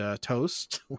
toast